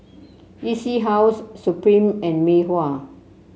E C House Supreme and Mei Hua